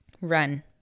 run